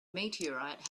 meteorite